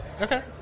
Okay